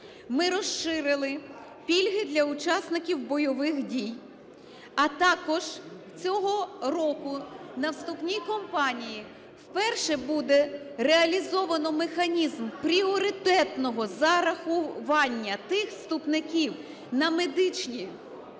Ми розширили пільги для учасників бойових дій, а також цього року на вступній кампанії вперше буде реалізовано механізм пріоритетного зарахування тих вступників на медичні